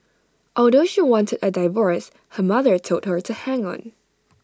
although she wanted A divorce her mother told her to hang on